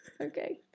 okay